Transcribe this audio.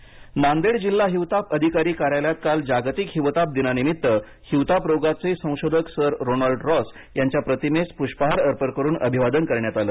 हिवताप नांदेड नांदेड जिल्हा हिवताप अधिकारी कार्यालयात काल जागतिक हिवताप दिनानिमित्त हिवताप रोगाचे संशोधक सर रोनॉल्ड रॉस यांच्या प्रतिमेस पुष्पहार अर्पण करून अभिवादन करण्यात आलं